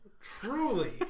truly